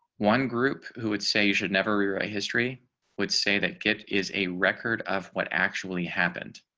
one group who would say you should never rewrite history would say that get is a record of what actually happened.